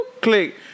click